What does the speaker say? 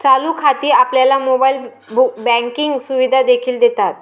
चालू खाती आपल्याला मोबाइल बँकिंग सुविधा देखील देतात